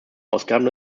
ausgaben